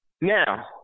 Now